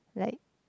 like